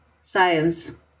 science